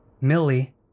Millie